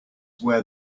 where